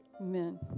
Amen